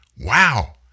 wow